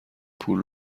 پول